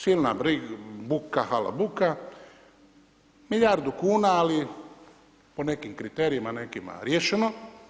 Silna buka halabuka, milijardu kuna, ali po nekim kriterijima nekima riješeno.